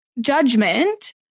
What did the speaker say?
Judgment